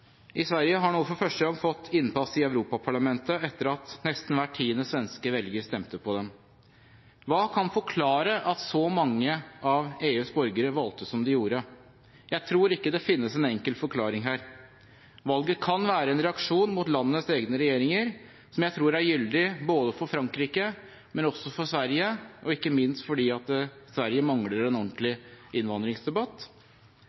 i Sverige har nå for første gang fått innpass i Europaparlamentet etter at nesten hver tiende svenske velger stemte på dem. Hva kan forklare at så mange av EUs borgere valgte som de gjorde? Jeg tror ikke det finnes en enkel forklaring her. Valget kan være en reaksjon mot landets egne regjeringer, som jeg tror er gyldig både for Frankrike og Sverige – for Sverige ikke minst fordi de mangler en